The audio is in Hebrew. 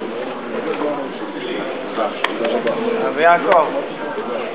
לפני כשנתיים הוצאתי לאור ספר שכל כולו